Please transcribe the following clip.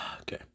okay